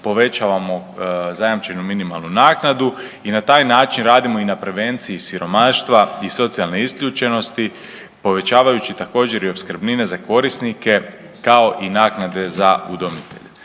povećavamo zajamčenu minimalnu naknadu i na taj način radimo i na prevenciji siromaštva i socijalne isključenosti povećavajući također i opskrbnine za korisnike, kao i naknade za udomitelje.